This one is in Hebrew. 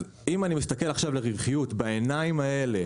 אם אני מסתכל עכשיו לרווחיות בעיניים האלה,